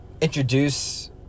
introduce